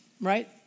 right